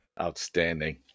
Outstanding